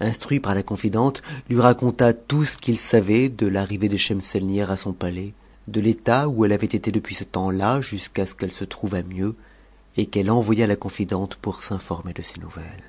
instruit par la confidente lui raconta tout ce qu'il savait tfc l'arrivée de sehemseinihar à son palais de l'état où elle avait été depuis ce temps-là jusqu'à ce qu'elle se trouvât mieux et qu'elle envoyât la confidente pour s'informer de ses nouvelles